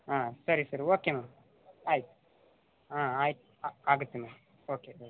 ಆಂ ಸರಿ ಸರಿ okay ma'am ಆಯ್ತು ಆಂ ಆಯ್ತು ಆಗುತ್ತೆ ಮ್ಯಾಮ್ ಓಕೆ ಓಕೆ